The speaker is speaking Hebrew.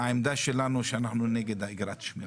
שלנו, שאנחנו נגד אגרת שמירה.